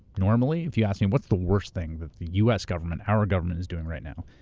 normally if you ask me, what's the worst thing that the u. s. government, our government, is doing right now?